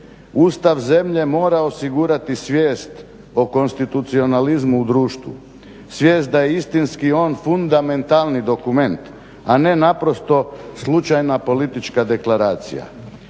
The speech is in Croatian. Ustav zemlje mora osigurati svijest o konstitucionalizmu u društvu, svijest da je istinski on fundamentalni dokument, a ne naprosto slučajna politička deklaracija.